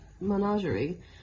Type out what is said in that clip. menagerie